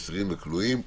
אסירים וכלואים).